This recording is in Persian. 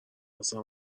اصلا